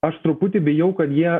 aš truputį bijau kad jie